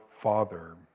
Father